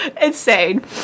Insane